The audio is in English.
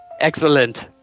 Excellent